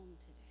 today